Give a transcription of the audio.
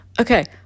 Okay